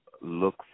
look